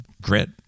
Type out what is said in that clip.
grit